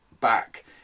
back